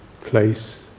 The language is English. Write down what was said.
place